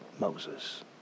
Moses